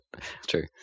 True